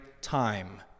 time